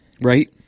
Right